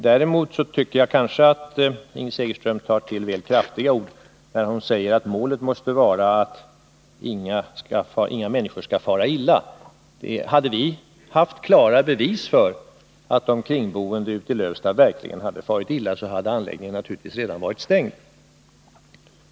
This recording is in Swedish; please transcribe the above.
Däremot tycker jag kanske att Ingrid Segerström tar till väl kraftiga ord när hon säger att målet skall vara att inga människor skall fara illa. Hade vi haft klara bevis för att de kringboende vid Lövsta verkligen far illa, så hade anläggningen naturligtvis redan varit stängd.